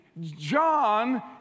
John